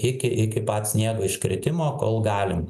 iki iki pat sniego iškritimo kol galim